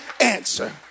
answer